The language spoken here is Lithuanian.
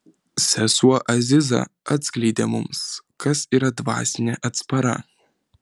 sesuo aziza atskleidė mums kas yra dvasinė atspara